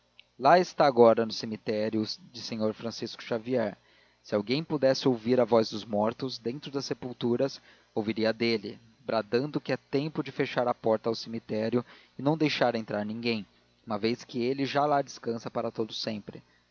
lá está agora no cemitério de são francisco xavier se alguém pudesse ouvir a voz dos mortos dentro das sepulturas ouviria a dele bradando que é tempo de fechar a porta ao cemitério e não deixar entrar ninguém uma vez que ele já lá descansa para todo sempre